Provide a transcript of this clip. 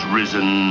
risen